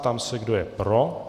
Ptám se, kdo je pro.